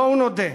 בואו נודה: